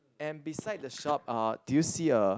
and beside the shop uh do you see a